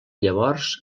llavors